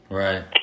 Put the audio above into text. right